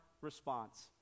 response